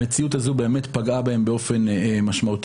המציאות הזו באמת פגעה בהם באופן משמעותי.